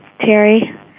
Terry